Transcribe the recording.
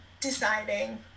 deciding